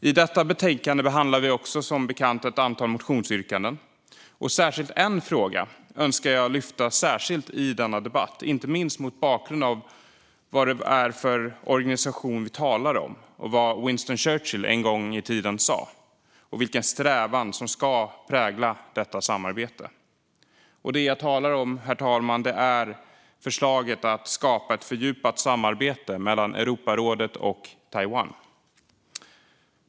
I detta betänkande behandlar vi också, som bekant, ett antal motionsyrkanden. En fråga önskar jag lyfta fram särskilt i denna debatt, inte minst mot bakgrund av vad det är för organisation vi talar om, vad Winston Churchill en gång i tiden sa och vilken strävan som ska prägla detta samarbete. Det jag talar om, herr talman, är förslaget att skapa ett fördjupat samarbete mellan Europarådet och Taiwan.